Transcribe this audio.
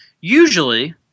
usually